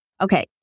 Okay